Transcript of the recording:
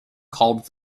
called